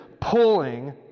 pulling